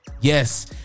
Yes